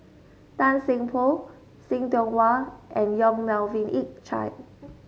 Tan Seng Poh See Tiong Wah and Yong Melvin Yik Chye